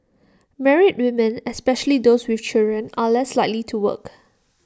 married women especially those with children are less likely to work